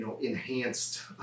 enhanced